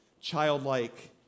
childlike